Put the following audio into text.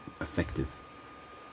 effective